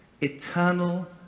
eternal